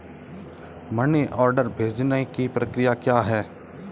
Money order भेजने की प्रक्रिया क्या है?